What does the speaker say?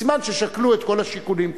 סימן שכבר שקלו את כל השיקולים.